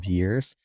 years